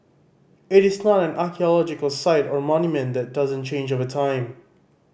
it is not an archaeological site or monument that doesn't change over time